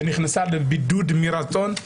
ונכנסה לבידוד מרצון,